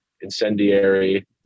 incendiary